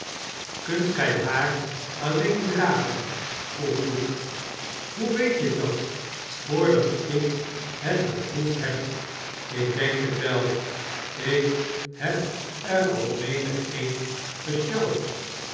kunt gij haar alleen dragen vroeg hugh hoe weet ik dat voordat ik het beproefd heb ik denk het wel ik heb er al menigeen gesjouwd